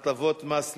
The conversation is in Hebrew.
(הטבות מס לקצבה),